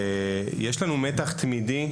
יש לנו מתח תמידי,